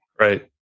Right